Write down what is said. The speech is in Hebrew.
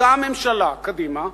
אותה ממשלה, קדימה,